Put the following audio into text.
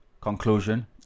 conclusion